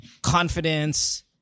confidence